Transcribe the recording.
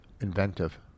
Inventive